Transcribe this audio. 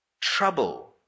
Trouble